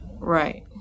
Right